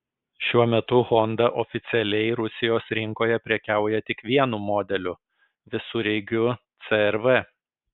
šiuo metu honda oficialiai rusijos rinkoje prekiauja tik vienu modeliu visureigiu cr v